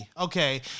Okay